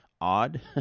odd